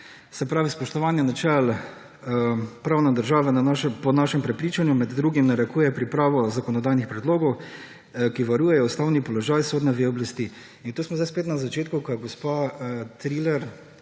in zakon. Spoštovanje načel pravne države po našem prepričanju med drugim narekuje pripravo zakonodajnih predlogov, ki varujejo ustavni položaj sodne veje oblasti.« In smo zdaj spet na začetku, ko je gospa Triller,